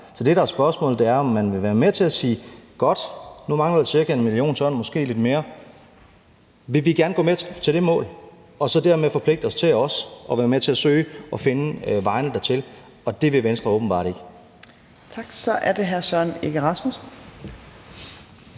Så det, der er spørgsmålet, er, om man vil være med til at sige: Godt, nu mangler vi cirka 1 mio. t og måske lidt mere – vi vil gerne gå med til at sætte det mål og dermed også forpligte os til at være med til at forsøge at finde vejene dertil. Det vil Venstre åbenbart ikke. Kl. 18:17 Fjerde næstformand